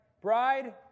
bride